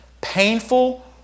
painful